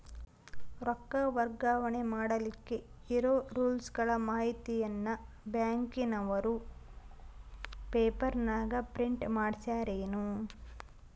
ರೊಕ್ಕ ವರ್ಗಾವಣೆ ಮಾಡಿಲಿಕ್ಕೆ ಇರೋ ರೂಲ್ಸುಗಳ ಮಾಹಿತಿಯನ್ನ ಬ್ಯಾಂಕಿನವರು ಪೇಪರನಾಗ ಪ್ರಿಂಟ್ ಮಾಡಿಸ್ಯಾರೇನು?